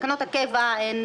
תקנות הקבע הן